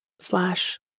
Slash